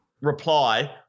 reply